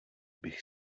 bych